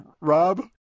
rob